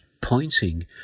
pointing